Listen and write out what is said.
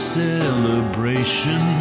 celebration